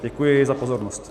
Děkuji za pozornost.